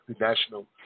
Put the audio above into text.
national